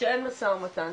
שאין משא ומתן.